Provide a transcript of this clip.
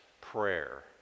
prayer